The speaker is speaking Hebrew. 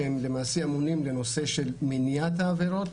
שהם אמונים על הנושא של מניעת העבירות